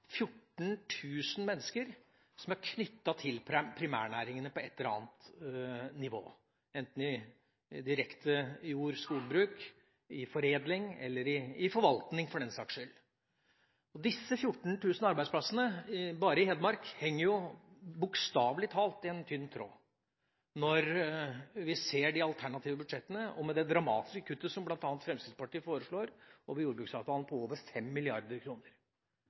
mennesker som er knyttet til primærnæringene på et eller annet nivå, enten direkte i jord- og skogbruk, i foredling eller i forvaltning for den saks skyld. Disse 14 000 arbeidsplassene bare i Hedmark henger bokstavelig talt i en tynn tråd når vi ser de alternative budsjettene, med det dramatiske kuttet som bl.a. Fremskrittspartiet foreslår i jordbruksavtalen på over